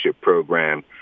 program